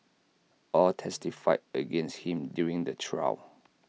all testified against him during the trial